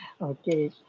Okay